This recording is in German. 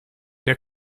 der